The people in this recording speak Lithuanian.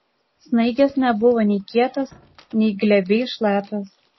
snaigės nebuvo nei kietos nei glebiai šlapios